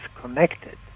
connected